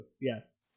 yes